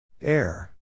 Air